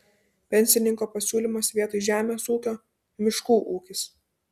pensininko pasiūlymas vietoj žemės ūkio miškų ūkis